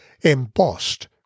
embossed